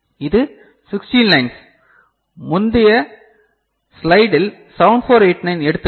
இது 16 லைன்ஸ் முந்தைய ஸ்லைடில் 7489 எடுத்துக்காட்டு